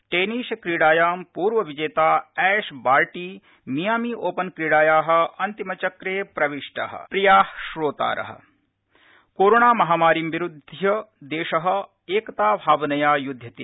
टेनिशक्रीडायां पूर्वविजेता Ash Barty Miami open क्रीडाया अन्तिमचक्रे प्रविष्ट कोविड् संचेतना सन्देश प्रियाः श्रोतारः कोरोना महामारीं विरुध्य देश एकता भावनया युध्यते